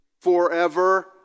forever